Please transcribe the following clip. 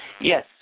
Yes